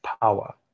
power